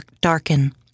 darken